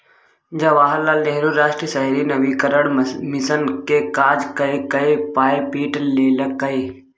जवाहर लाल नेहरू राष्ट्रीय शहरी नवीकरण मिशन मे काज कए कए पाय पीट लेलकै